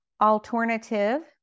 Alternative